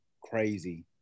crazy